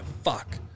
fuck